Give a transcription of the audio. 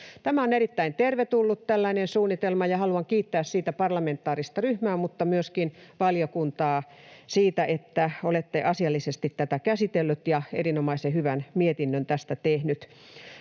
on erittäin tervetullut, ja haluan kiittää siitä parlamentaarista ryhmää mutta myöskin valiokuntaa, että olette asiallisesti tätä käsitelleet ja erinomaisen hyvän mietinnön tästä tehneet.